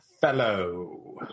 fellow